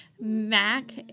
Mac